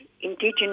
indigenous